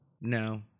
no